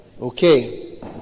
okay